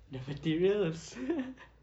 the materials